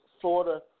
Florida